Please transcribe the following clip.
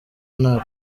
nta